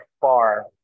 far